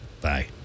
Bye